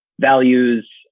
values